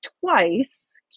twice